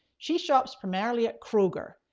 she shops primarily at kroger.